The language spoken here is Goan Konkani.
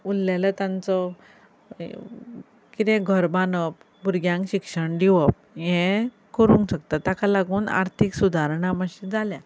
उल्लेलो तांचो किदें घर बांदप भुरग्यांक शिक्षण दिवप हें करूंक शकता ताका लागून आर्थीक सुधारणां मातशीं जाल्यात